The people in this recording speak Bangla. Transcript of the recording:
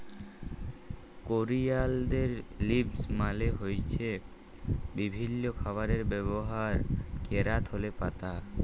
করিয়ালদের লিভস মালে হ্য়চ্ছে বিভিল্য খাবারে ব্যবহার ক্যরা ধলে পাতা